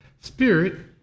Spirit